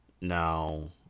Now